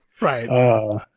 Right